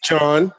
John